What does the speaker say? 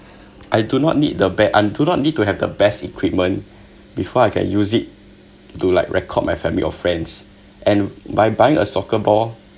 I do not need the be~ I do not need to have the best equipment before I can use it to like record my family or friends and by buying a soccer ball